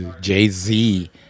Jay-Z